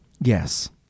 Yes